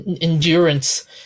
endurance